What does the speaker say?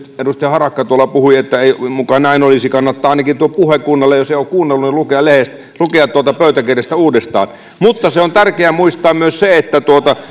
edustaja harakka puhui että ei muka näin olisi kannattaa ainakin tuo puhe kuunnella ja jos ei ole kuunnellut niin lukea tuolta pöytäkirjasta uudestaan mutta on tärkeä muistaa myös se että